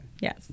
Yes